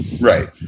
Right